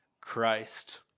Christ